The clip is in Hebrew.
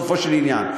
בסופו של עניין.